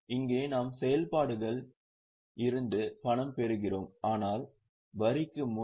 இங்கே நாம் செயல்பாடுகளில் இருந்து பணம் பெறுகிறோம் ஆனால் வரிக்கு முன்